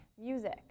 music